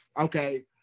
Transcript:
okay